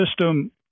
system